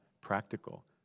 practical